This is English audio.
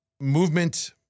movement